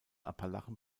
appalachen